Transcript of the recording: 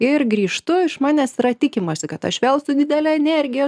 ir grįžtu iš manęs yra tikimasi kad aš vėl su didele energijos